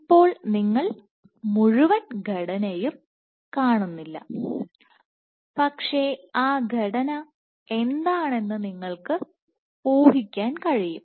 ഇപ്പോൾ നിങ്ങൾ മുഴുവൻ ഘടനയും കാണുന്നില്ല പക്ഷേ ആ ഘടന എന്താണെന്ന് നിങ്ങൾക്ക് ഊഹിക്കാൻ കഴിയും